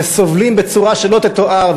שסובלים בצורה שלא תתואר,